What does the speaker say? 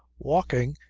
walking,